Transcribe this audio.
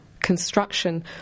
construction